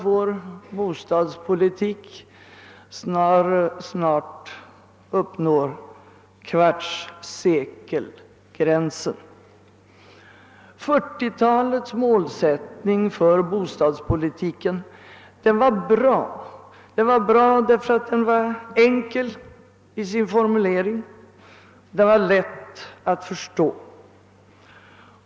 Vår bostadspolitik uppnår snart kvartssekelgränsen. 1940-talets målsättning för bostadspolitiken var bra, därför att den var enkel i sin formulering och lätt att förstå.